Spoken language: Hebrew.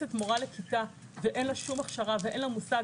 כשנכנסת מורה לכיתה ואין לה שום הכשרה ואין מה מושג,